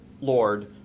Lord